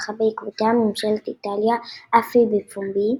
והלכה בעקבותיה ממשלת איטליה, אף היא בפומבי,